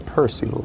Percy